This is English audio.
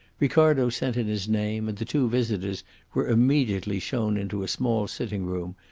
ricardo sent in his name, and the two visitors were immediately shown into a small sitting-room,